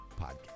podcast